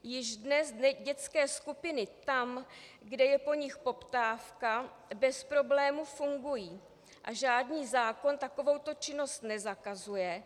Již dnes dětské skupiny tam, kde je po nich poptávka, bez problémů fungují a žádný zákon takovou to činnost nezakazuje.